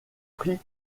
pris